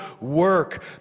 work